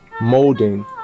molding